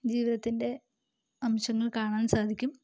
ജീവിതത്തിൻ്റെ അംശങ്ങൾ കാണാൻ സാധിക്കും